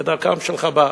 כדרכם של חב"ד.